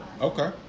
okay